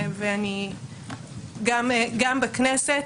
וגם בכנסת,